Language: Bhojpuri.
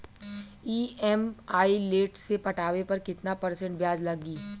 ई.एम.आई लेट से पटावे पर कितना परसेंट ब्याज लगी?